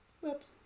Whoops